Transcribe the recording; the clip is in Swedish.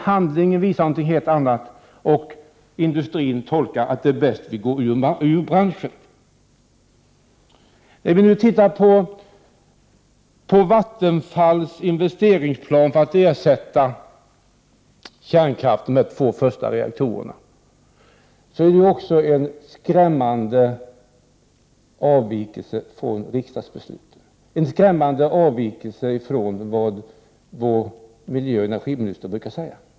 Handlingen visar någonting helt annat, och industrin tolkar situationen på så sätt att det är bäst att lämna branschen. När vi studerar Vattenfalls investeringsplan för att ersätta två kärnkraftsreaktorer ser vi en skrämmande avvikelse från riksdagsbeslutet och en skrämmande avvikelse från vår miljöoch energiministers uttalanden.